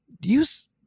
use